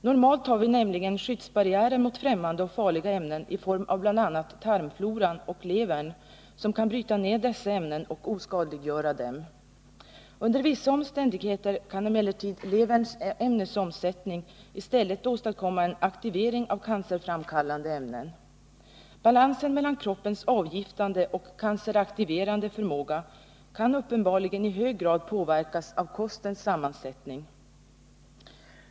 Normalt har vi nämligen skyddsbarriärer mot främmande och farliga ämnen i form av bl.a. tarmfloran och levern, som kan bryta ned dessa ämnen och oskadliggöra dem. Under vissa omständigheter kan emellertid leverns ämnesomsättning i stället åstadkomma en aktivering av cancerframkallande ämnen. Balansen mellan kroppens avgiftande och canceraktiverande förmåga kan uppenbarligen i hög grad påverkas av kostens sammansättning.